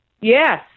Yes